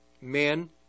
men